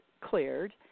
cleared